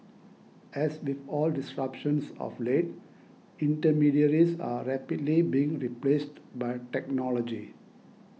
as with all disruptions of late intermediaries are rapidly being replaced by technology